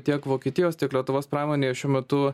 tiek vokietijos tiek lietuvos pramonėje šiuo metu